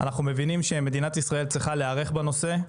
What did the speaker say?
אנחנו מבינים שמדינת ישראל צריכה להיערך בנושא,